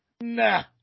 Nah